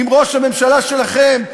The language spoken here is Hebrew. עם ראש הממשלה שלכם,